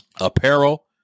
apparel